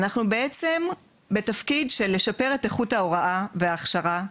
אנחנו בעצם בתפקיד של לשפר את איכות ההוראה וההכשרה.